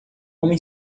homem